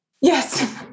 Yes